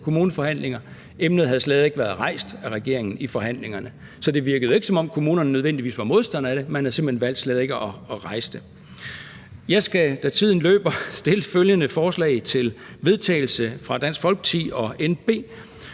kommuneforhandlinger, havde emnet slet ikke været rejst af regeringen i forhandlingerne. Så det virkede ikke, som om kommunerne nødvendigvis var modstandere af det; man havde simpelt hen valgt slet ikke at rejse det. Jeg skal, da tiden løber, på vegne af DF og NB fremsætte følgende: Forslag til